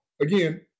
again